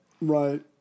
right